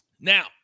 Now